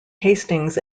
hastings